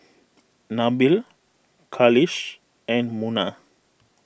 Nabil Khalish and Munah